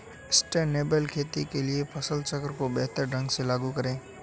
sustainable खेती के लिए फसल चक्र को बेहतर ढंग से लागू करें